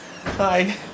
Hi